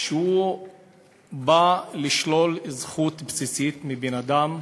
שבא לשלול זכות בסיסית מבן-אדם,